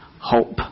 hope